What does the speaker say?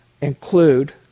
include